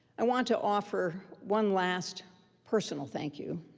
i want to offer one last personal thank you.